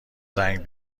زنگ